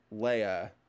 Leia